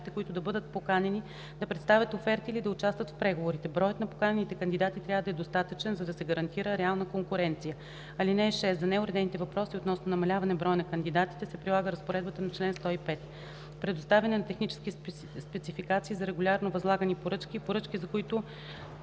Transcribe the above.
които да бъдат поканени да представят оферти или да участват в преговорите. Броят на поканените кандидати трябва да е достатъчен за да се гарантира реална конкуренция. (6) За неуредените въпроси относно намаляване броя на кандидатите се прилага разпоредбата на чл. 105.” „Предоставяне на техническите спецификации за регулярно възлагани поръчки и поръчки, за които